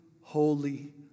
holy